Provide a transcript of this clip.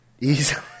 Easily